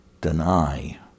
deny